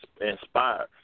inspired